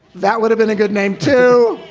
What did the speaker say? that would've been a good name, too.